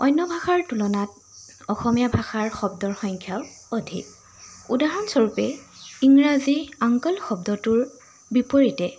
অন্য ভাষাৰ তুলনাত অসমীয়া ভাষাৰ শব্দৰ সংখ্যাও অধিক উদাহৰণস্বৰূপে ইংৰাজী আংকল শব্দটোৰ বিপৰীতে